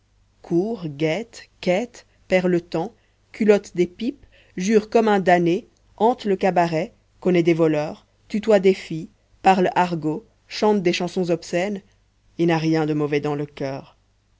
court guette quête perd le temps culotte des pipes jure comme un damné hante le cabaret connaît des voleurs tutoie des filles parle argot chante des chansons obscènes et n'a rien de mauvais dans le coeur